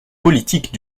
politique